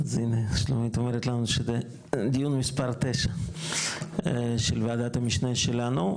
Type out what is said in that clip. שלומית אומרת לנו שזה דיון מס' 9 של וועדת המשנה שלנו,